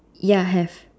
ya have